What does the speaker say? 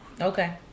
Okay